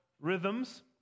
Rhythms